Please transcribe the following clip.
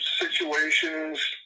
situations